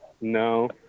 No